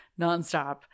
nonstop